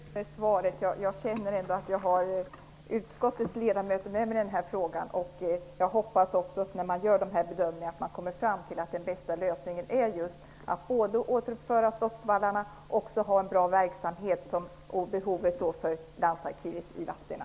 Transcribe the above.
Herr talman! Jag är nöjd med svaret. Jag känner att jag har utskottets ledamöter med mig i den här frågan. Jag hoppas att man när man gör dessa bedömningar kommer att komma fram till att den bästa lösningen är att både återuppföra slottsvallarna och att bedriva en bra verksamhet vid landsarkivet i Vadstena.